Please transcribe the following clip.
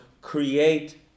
create